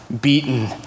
beaten